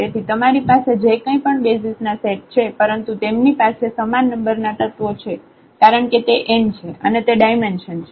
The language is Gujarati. તેથી તમારી પાસે જે કઈ પણ બેસિઝ ના સેટ છે પરંતુ તેમની પાસે સમાન નંબરના તત્વો છે કારણ કે તે n છે અને તે ડાયમેન્શન છે